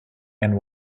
and